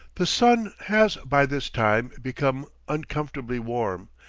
the sun has by this time become uncomfortably warm,